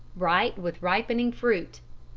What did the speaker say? bright with ripening fruit.